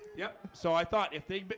yep. so i thought if they but